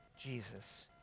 Jesus